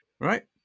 Right